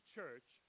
church